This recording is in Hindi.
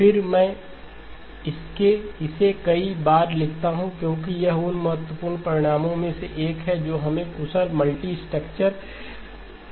फिर मैं इसे कई बार लिखता हूं क्योंकि यह उन महत्वपूर्ण परिणामों में से एक है जो हमें कुशल मल्टी स्ट्रक्चर को विकसित करने में मदद करते हैं